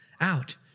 out